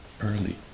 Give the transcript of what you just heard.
early